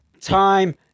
Time